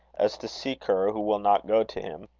as to seek her who will not go to him.